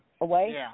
away